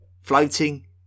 floating